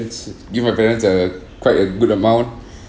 give my parents err quite a good amount